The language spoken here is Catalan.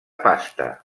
pasta